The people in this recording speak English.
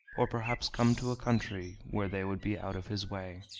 or perhaps come to a country where they would be out of his way.